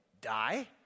die